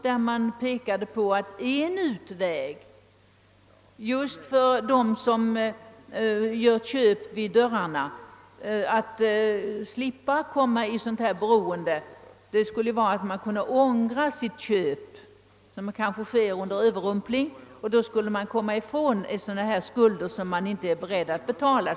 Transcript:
Där pekade man på att en utväg just för dem som gör köp vid dörrarna att slippa komma i beroende skulle vara att de kunde få ångra sitt köp som kanske skett på grund av överrumpling. På det sättet skulle man komma ifrån en skuld som man inte var beredd att betala.